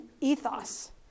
ethos